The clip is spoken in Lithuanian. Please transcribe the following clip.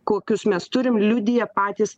kokius mes turim liudija patys